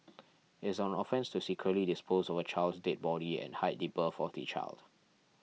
is an offence to secretly dispose of a child's dead body and hide the birth of the child